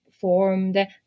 formed